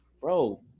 bro